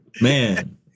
man